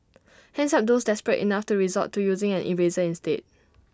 hands up those desperate enough to resort to using an eraser instead